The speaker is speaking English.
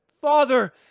Father